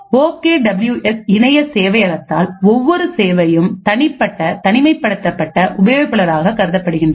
ஓ K W S இணைய சேவை அகத்தால் ஒவ்வொரு சேவையையும் தனிப்பட்ட தனிமைப்படுத்தப்பட்ட உபயோகிப்பாளராக கருதப்படுகின்றது